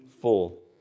full